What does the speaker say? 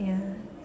ya